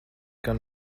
gan